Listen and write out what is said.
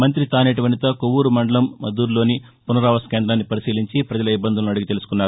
మంతి తానేటి వనిత కొప్పూరు మండలం మద్దూరులోని పునరావాస కేంద్రాన్ని పరిశీలించి ప్రజల ఇబ్బందులను అదిగి తెలుసుకున్నారు